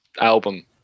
album